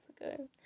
ago